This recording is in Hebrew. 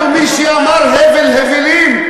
אנחנו מי שאמר "הבל הבלים",